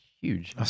huge